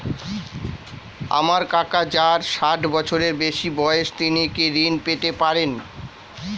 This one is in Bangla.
আমার কাকা যার ষাঠ বছরের বেশি বয়স তিনি কি ঋন পেতে পারেন?